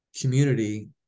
community